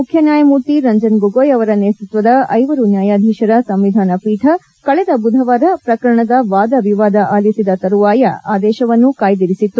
ಮುಖ್ಯ ನ್ಯಾಯಮೂರ್ತಿ ರಂಜನ್ ಗೊಗೋಯ್ ಅವರ ನೇತೃತ್ವದ ಐವರು ನ್ಯಾಯಾಧೀಶರ ಸಂವಿಧಾನ ಪೀಠ ಕಳೆದ ಬುಧವಾರ ಪ್ರಕರಣದ ವಾದ ವಿವಾದ ಆಲಿಸಿದ ತರುವಾಯ ಆದೇಶವನ್ನು ಕಾಯ್ದಿರಿಸಿತ್ತು